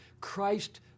Christ